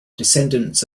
descendants